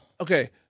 Okay